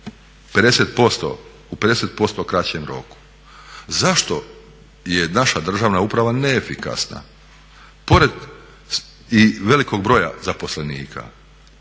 u 50% kraćem roku. Zašto je naša državna uprava neefikasna pored i velikog broja zaposlenika